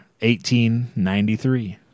1893